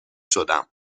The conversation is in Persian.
شدم